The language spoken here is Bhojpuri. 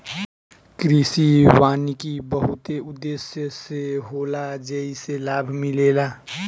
कृषि वानिकी बहुते उद्देश्य से होला जेइसे लाभ मिलेला